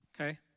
okay